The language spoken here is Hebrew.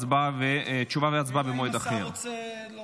תשובה והצבעה במועד אחר.